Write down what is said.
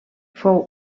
fou